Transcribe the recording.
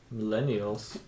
millennials